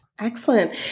Excellent